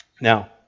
Now